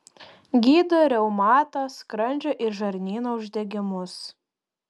gydo reumatą skrandžio ir žarnyno uždegimus